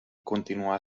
continuar